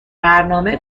برنامه